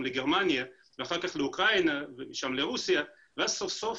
לגרמניה ו אחר כך לאוקראינה ומשם לרוסיה ואז סוף סוף,